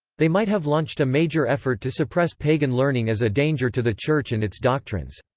they might have launched a major effort to suppress pagan learning as a danger to the church and its doctrines.